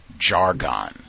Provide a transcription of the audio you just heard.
jargon